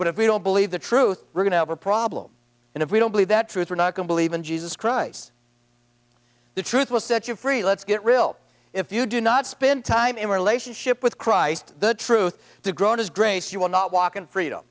but if we don't believe the truth we're going to have a problem and if we don't believe that truth or not believe in jesus christ the truth will set you free let's get real if you do not spend time in relationship with christ the truth to grow his grace you will not walk in freedom